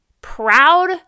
proud